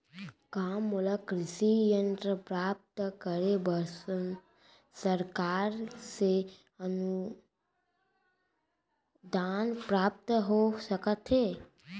का मोला कृषि यंत्र प्राप्त करे बर सरकार से अनुदान प्राप्त हो सकत हे?